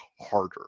harder